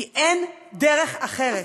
כי אין דרך אחרת.